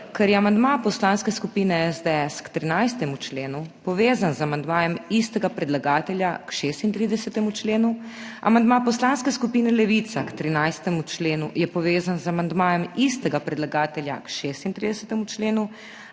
Ker je amandma Poslanske skupine SDS k 13. členu povezan z amandmajem istega predlagatelja k 36. členu, amandma Poslanske skupine Levica k 13. členu je povezan z amandmajem istega predlagatelja k 36. členu,